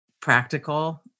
practical